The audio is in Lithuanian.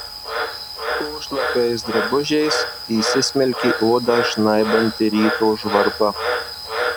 po šlapiais drabužiais įsismelkė odą žnaibanti ryto žvarba